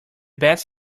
best